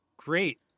Great